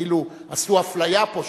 כאילו עשו אפליה פה,